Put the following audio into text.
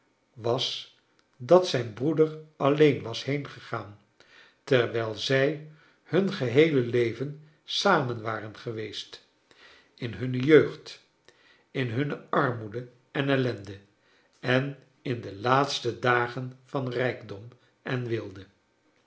was dat zijn broeder alleen was heengegaan terwijl zij hun geheele leven samen waren geweest ill hunne jeugd in hunne armoede en ellende en in de laatste dagen van rijkdom en weelde